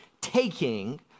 taking